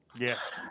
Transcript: yes